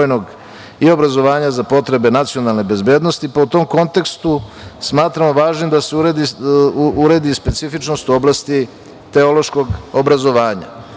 i obrazovanja za potrebe nacionalne bezbednosti, pa u tom kontekstu smatramo važnim da se uredi specifičnost u oblasti teološkog obrazovanja,